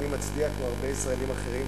ואני מצדיע, כמו הרבה ישראלים אחרים,